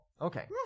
okay